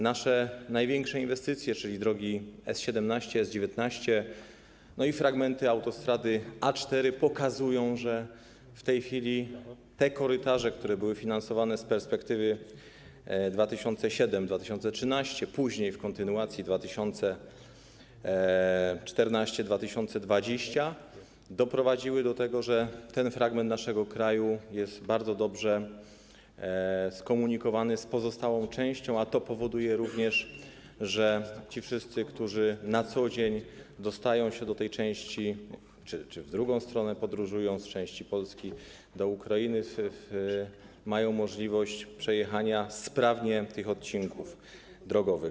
Nasze największe inwestycje, czyli drogi S17, S19 i fragmenty autostrady A4, pokazują, że w tej chwili te korytarze, które były finansowane z perspektywy 2007-2013, później w kontynuacji 2014-2020, doprowadziły do tego, że ten fragment naszego kraju jest bardzo dobrze skomunikowany z pozostałą częścią, a to powoduje również, że ci wszyscy, którzy na co dzień dostają się do tej części Polski czy w drugą stronę podróżują z innej części Polski do Ukrainy, mają możliwość przejechania sprawnie tych odcinków drogowych.